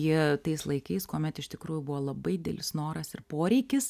jie tais laikais kuomet iš tikrųjų buvo labai didelis noras ir poreikis